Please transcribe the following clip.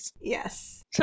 Yes